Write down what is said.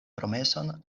promeson